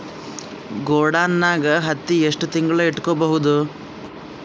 ಗೊಡಾನ ನಾಗ್ ಹತ್ತಿ ಎಷ್ಟು ತಿಂಗಳ ಇಟ್ಕೊ ಬಹುದು?